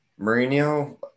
Mourinho